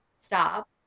stop